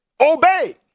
obey